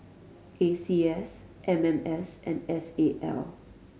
A C S M M S and S A L